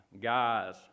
Guys